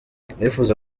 abifuza